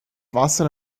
wasser